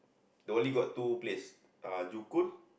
they only got two place uh Joo-Koon